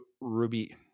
Ruby